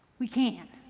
we can,